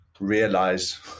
realize